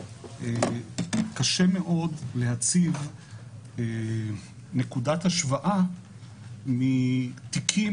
קשה מאוד להציג נקודת השוואה מתיקים